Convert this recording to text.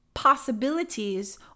possibilities